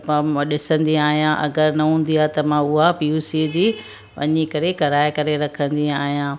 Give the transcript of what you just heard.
त फॉम मां ॾिसंदी आहियां अगरि न हूंदी आहे त मां उहा पीओसी जी वञी करे कराए करे रखंदी आहियां